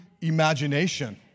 imagination